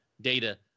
data